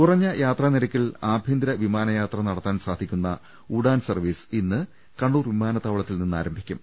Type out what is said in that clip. കുറഞ്ഞ യാത്രാ നിരക്കിൽ ആഭ്യന്തര വിമാനയാത്ര നടത്താൻ സാധിക്കുന്ന ഉഡാൻ സർവ്വീസ് ഇന്ന് കണ്ണൂർ വിമാനത്താവളത്തിൽ നിന്ന് ആരംഭിക്കും